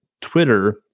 Twitter